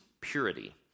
purity